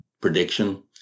prediction